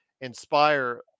inspire